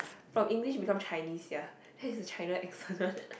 from English become Chinese sia then is China accent one